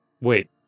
Wait